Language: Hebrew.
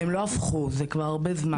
הם לא הפכו, זה כבר הרבה זמן.